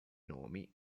nomi